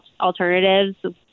alternatives